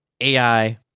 AI